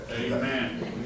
Amen